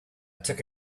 took